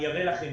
אני אראה לכם,